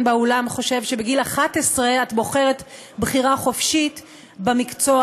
באולם חושב שבגיל 11 את בוחרת בחירה חופשית במקצוע,